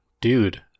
Dude